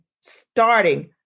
starting